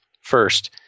first